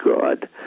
God